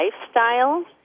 lifestyle